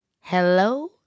Hello